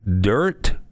dirt